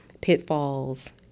pitfalls